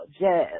Jazz